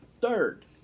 Third